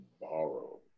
borrow